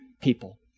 people